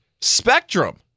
Spectrum